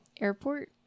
airport